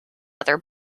other